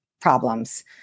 problems